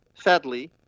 Sadly